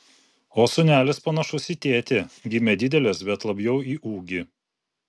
o sūnelis panašus į tėtį gimė didelis bet labiau į ūgį